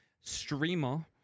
streamer